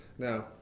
Now